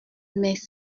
mais